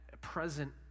present